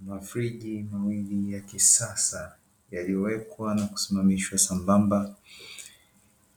Mafriji mawili ya kisasa, yaliyowekwa na kusimamishwa sambamba,